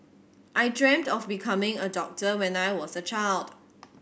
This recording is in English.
I dreamt of becoming a doctor when I was a child